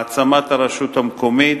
העצמת הרשות המקומית,